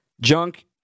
Junk